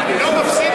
אני לא מפסיד מילה,